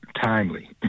timely